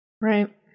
Right